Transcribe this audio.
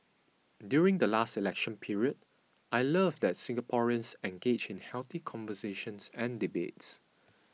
during the last election period I love that Singaporeans engage in healthy conversations and debates